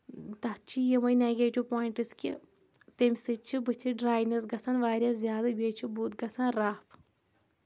تَتھ چھِ یِمَے نگیٹِو پویِنٛٹٕس کہِ تمہِ سۭتۍ چھِ بٕتھِس ڈراینؠس گژھان واریاہ زیادٕ بیٚیہِ چھُ بُتھ گژھان رف